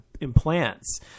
implants